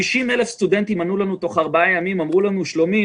50,000 סטודנטים ענו לנו תוך ארבעה ימים ואמרו לנו: שלומי,